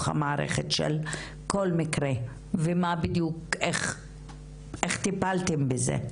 המערכת של כל מקרה ואיך בדיוק טיפלתם בזה.